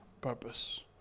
purpose